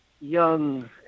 young